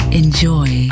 enjoy